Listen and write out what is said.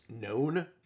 known